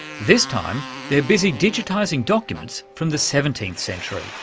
this time they're busy digitising documents from the seventeenth century.